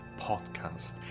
Podcast